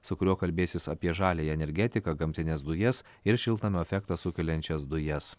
su kuriuo kalbėsis apie žaliąją energetiką gamtines dujas ir šiltnamio efektą sukeliančias dujas